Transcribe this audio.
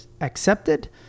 accepted